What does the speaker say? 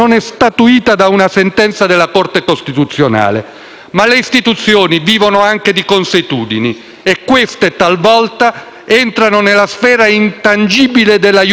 ma le istituzioni vivono anche di consuetudini, e queste talvolta entrano nella sfera intangibile della *iurisdictio*, anche in sistemi regolati da norme scritte.